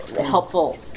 helpful